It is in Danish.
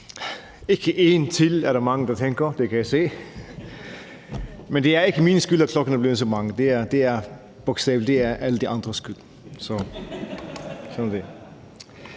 ikke en til. Men det er ikke min skyld, at klokken er blevet så mange; det er alle de andres skyld. Sådan er